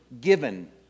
given